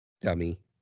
Dummy